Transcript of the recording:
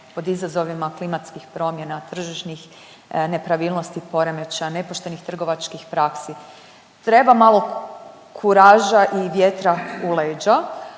pod izazovima klimatskih promjena, tržišnih nepravilnosti i poremećaja, nepoštenih trgovačkih praksi. Treba malo kuraža i vjetra u leđa